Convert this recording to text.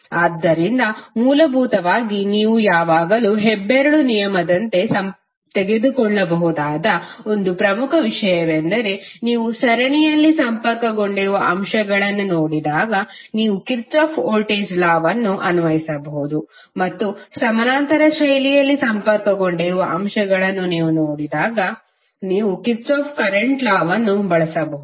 ಆದ್ದರಿಂದ ಮೂಲಭೂತವಾಗಿ ನೀವು ಯಾವಾಗಲೂ ಹೆಬ್ಬೆರಳು ನಿಯಮದಂತೆ ತೆಗೆದುಕೊಳ್ಳಬಹುದಾದ ಒಂದು ಪ್ರಮುಖ ವಿಷಯವೆಂದರೆ ನೀವು ಸರಣಿಯಲ್ಲಿ ಸಂಪರ್ಕಗೊಂಡಿರುವ ಅಂಶಗಳನ್ನು ನೋಡಿದಾಗ ನೀವು ಕಿರ್ಚಾಫ್ನ ವೋಲ್ಟೇಜ್ ಲಾ ವನ್ನುKirchhoff's voltage law ಅನ್ವಯಿಸಬಹುದು ಮತ್ತು ಸಮಾನಾಂತರ ಶೈಲಿಯಲ್ಲಿ ಸಂಪರ್ಕಗೊಂಡಿರುವ ಅಂಶಗಳನ್ನು ನೀವು ನೋಡಿದಾಗ ನೀವು ಕಿರ್ಚಾಫ್ನ ಕರೆಂಟ್ ಲಾ ವನ್ನುKirchhoff's current law ಬಳಸಬಹುದು